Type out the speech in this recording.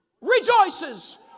rejoices